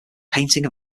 painting